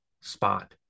spot